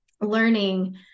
learning